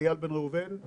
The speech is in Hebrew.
איל בן ראובן,